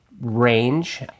range